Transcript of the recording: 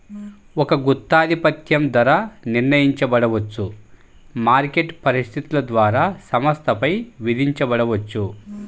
ఒక గుత్తాధిపత్యం ధర నిర్ణయించబడవచ్చు, మార్కెట్ పరిస్థితుల ద్వారా సంస్థపై విధించబడవచ్చు